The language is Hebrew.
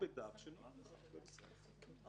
זה בסדר.